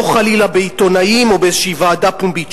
לא חלילה בעיתונאים או באיזושהי ועדה פומבית,